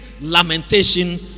lamentation